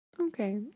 Okay